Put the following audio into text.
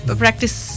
practice